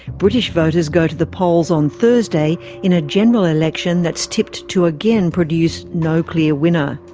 british voters go to the polls on thursday in a general election that's tipped to again produce no clear winner.